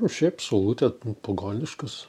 nu šiaip saulutė pagoniškas